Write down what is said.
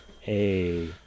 Hey